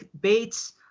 Bates